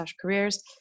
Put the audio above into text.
careers